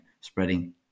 spreading